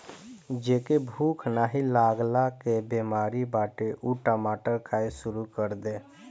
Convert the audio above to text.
जेके भूख नाही लागला के बेमारी बाटे उ टमाटर खाए शुरू कर दे